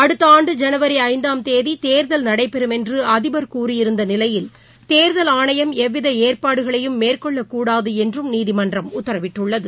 அடுத்தஆண்டு ஜனவரிஐந்தாம் தேதிதேர்தல் நடைபெறும் என்றுஅதிபர் கூறியிருந்தநிலையில் தேர்தல் ஆணையம் எவ்விதஏற்பாடுகளையும் மேற்கொள்ளக் கூடாதுஎன்றும் நீதிமன்றம் உத்தரவிட்டுள்ளது